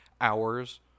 hours